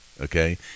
Okay